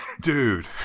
dude